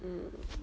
um